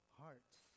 hearts